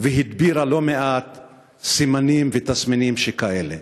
והדבירה לא-מעט סימנים ותסמינים שכאלה.